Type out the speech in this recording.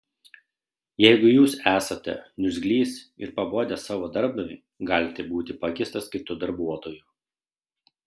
jeigu jūs esate niurgzlys ir pabodęs savo darbdaviui galite būti pakeistas kitu darbuotoju